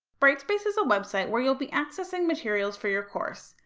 brightspace is a website where you will be accessing materials for your course,